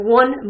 one